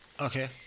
Okay